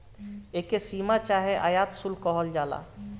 एके सीमा चाहे आयात शुल्क कहल जाला